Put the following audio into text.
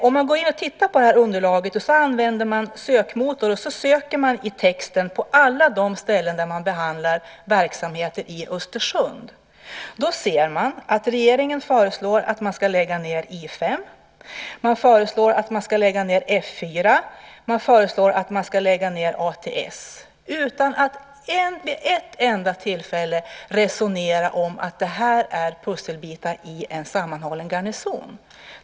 Om man går in och tittar på detta underlag och använder en sökmotor och söker i texten på alla de ställen där man behandlar verksamheter i Östersund, då ser man att regeringen föreslår att man ska lägga ned I 5, att man ska lägga ned F 4 och att man ska lägga ned ATS utan att vid ett enda tillfälle resonera om att detta är pusselbitar i en sammanhållen garnison.